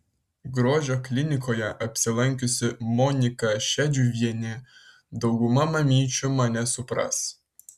grožio klinikoje apsilankiusi monika šedžiuvienė dauguma mamyčių mane supras